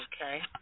Okay